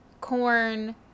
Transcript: corn